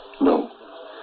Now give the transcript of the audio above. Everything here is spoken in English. No